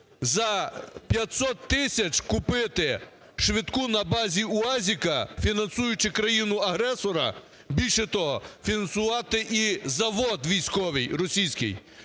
За 500 тисяч купити швидку на базі "уазика", фінансуючи країну-агресора, більше того, фінансувати і завод військовий російський.